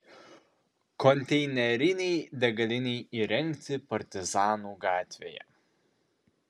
konteinerinei degalinei įrengti partizanų gatvėje